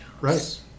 Right